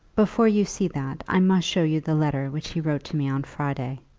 before you see that, i must show you the letter which he wrote to me on friday.